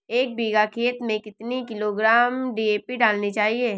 एक बीघा खेत में कितनी किलोग्राम डी.ए.पी डालनी चाहिए?